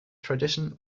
tradition